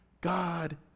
God